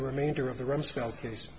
the remainder of the rumsfeld case